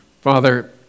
Father